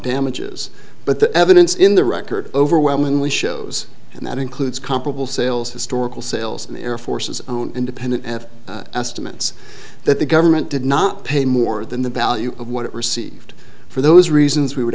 damages but the evidence in the record overwhelmingly shows and that includes comparable sales historical sales and air forces own independent and estimates that the government did not pay more than the value of what it received for those reasons we would